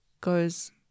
goes